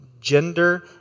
gender